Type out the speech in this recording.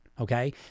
Okay